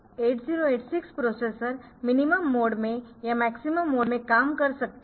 8086 processor minimum mode में या maximum mode में काम कर सकता है